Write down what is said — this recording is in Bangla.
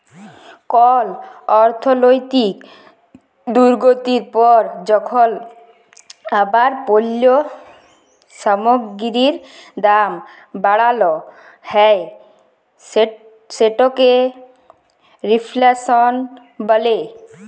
কল অর্থলৈতিক দুর্গতির পর যখল আবার পল্য সামগ্গিরির দাম বাড়াল হ্যয় সেটকে রেফ্ল্যাশল ব্যলে